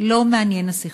לא מעניין הסכסוך.